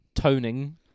Toning